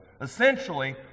Essentially